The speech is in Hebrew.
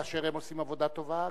כאשר הם עושים עבודה טובה,